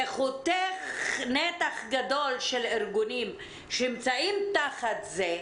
זה חותך נתח גדול של ארגונים שנמצאים תחת זה,